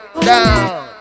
down